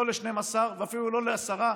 לא ל-12 ואפילו לא לעשרה,